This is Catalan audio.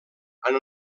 han